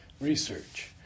research